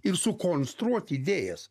ir sukonstruot idėjas